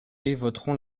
voteront